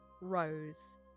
rose